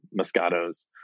moscato's